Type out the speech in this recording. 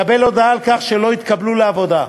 לקבל הודעה על כך שלא התקבלו לעבודה.